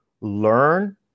learn